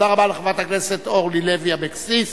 תודה רבה לחברת הכנסת אורלי לוי אבקסיס.